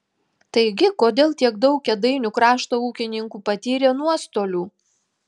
taigi kodėl tiek daug kėdainių krašto ūkininkų patyrė nuostolių